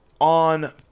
on